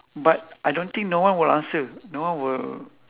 but I don't think no one will answer no one will